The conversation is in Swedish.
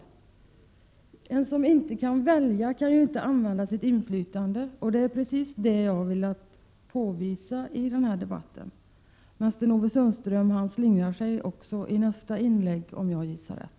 Den som inte kan välja kan inte använda sitt inflytande. Det är precis detta jag har velat påvisa i denna debatt. Men Sten-Ove Sundström slingrar sig även i nästa inlägg, om jag gissar rätt.